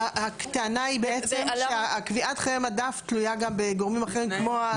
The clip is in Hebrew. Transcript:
הטענה היא בעצם שקביעת חיי המדף תלויה גם בגורמים אחרים כמו הטמפרטורה?